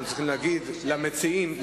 אנחנו צריכים להגיד למציעים,